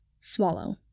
Swallow